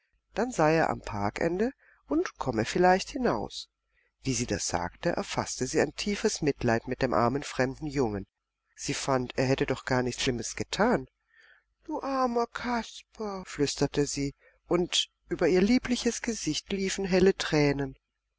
dann sei er am parkende und komme vielleicht hinaus wie sie das sagte erfaßte sie ein tiefes mitleid mit dem armen fremden jungen sie fand er hätte doch gar nichts schlimmes getan du armer kasper flüsterte sie und über ihr liebliches gesicht liefen helle tränen